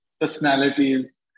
personalities